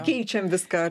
keičiam viską